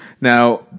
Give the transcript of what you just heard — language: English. Now